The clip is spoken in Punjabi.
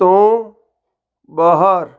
ਤੋਂ ਬਾਹਰ